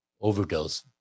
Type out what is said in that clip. overdose